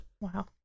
Wow